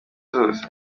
zose